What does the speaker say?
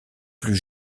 plus